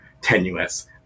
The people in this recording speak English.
tenuous